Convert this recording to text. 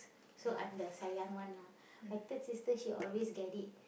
so I'm the sayang one lah my third sister she always get it